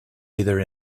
either